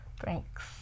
Thanks